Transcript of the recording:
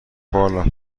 بالا